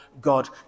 God